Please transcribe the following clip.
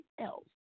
else